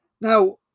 now